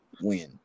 win